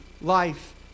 life